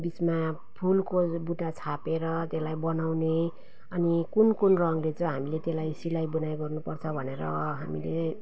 बिचमा फुलको बुट्टा छापेर त्यसलाई बनाउने अनि कुन कुन रङले चाहिँ हामीले त्यसलाई सिलाई बुनाई गर्नुपर्छ भनेर हामीले